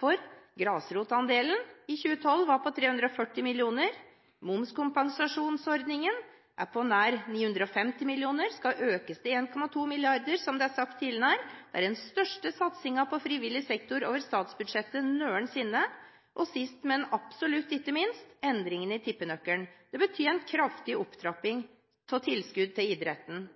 for grasrotandelen i 2012 var på 340 mill. kr, og momskompensasjonsordningen er på nær 950 mill. kr og skal økes til 1,2 mrd. kr, som det er sagt tidligere. Det er den største satsingen på frivillig sektor over statsbudsjettet noensinne. Sist, men absolutt ikke minst, har vi endringene i tippenøkkelen. Det betyr en kraftig opptrapping av tilskudd til idretten.